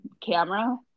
camera